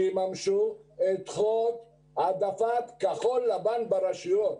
שיממשו את חוק העדפת כחול לבן ברשויות.